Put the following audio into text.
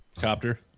copter